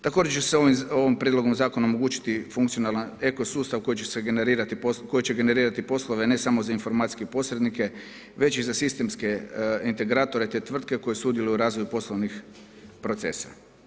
Također se ovim prijedloga zakona omogućiti funkcionalan eko sustav koji će generirati poslove, ne samo za informacijske posrednike, već i za sistemske integratore te tvrtke koji sudjeluju u razvoju poslovnih procesa.